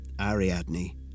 Ariadne